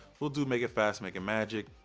we'll do make it fast, make it magic.